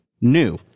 new